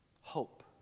Hope